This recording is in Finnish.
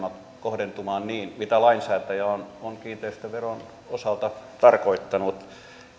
kohdentumaan niin kuin lainsäätäjä on on kiinteistöveron osalta tarkoittanut